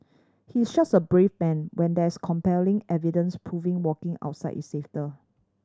he is such a brave man when there's compelling evidence proving walking outside is safer